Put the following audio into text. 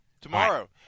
Tomorrow